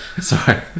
Sorry